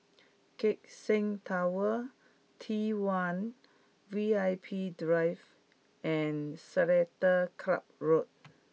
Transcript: Keck Seng Tower T one V I P Drive and Seletar Club Road